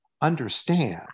understand